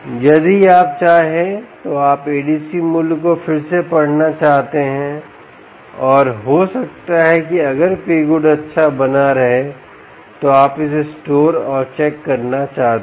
यदि आप चाहें तो आप ADC मूल्य को फिर से पढ़ना चाहते हैं और हो सकता है कि अगर Pgood अच्छा बना रहे तो आप इसे स्टोर और चेक करना चाहते हैं